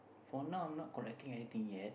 for now not correcting anything yet